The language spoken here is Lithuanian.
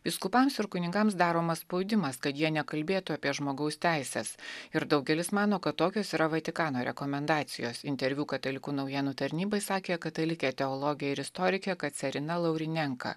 vyskupams ir kunigams daromas spaudimas kad jie nekalbėtų apie žmogaus teises ir daugelis mano kad tokios yra vatikano rekomendacijos interviu katalikų naujienų tarnybai sakė katalikė teologė ir istorikė kacarina laurinenka